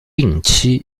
定期